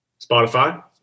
spotify